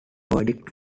verdict